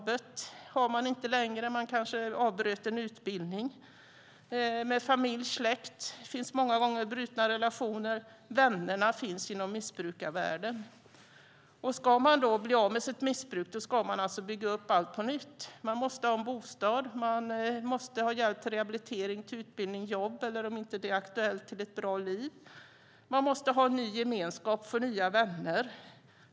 Man har inte längre något jobb. Man har kanske avbrutit en utbildning. Relationerna med familj och släkt är många gånger brutna. Vännerna finns inom missbrukarvärlden. Ska man bli av med sitt missbruk måste man alltså bygga upp allt på nytt. Man måste ha en bostad, man måste ha hjälp till rehabilitering, utbildning eller jobb, och, om inte det är aktuellt, till ett bra liv. Man måste skapa en ny gemenskap och få nya vänner.